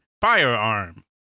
firearm